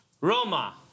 Roma